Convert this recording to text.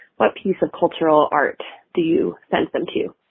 what piece of cultural art do you send them to you?